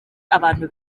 abantu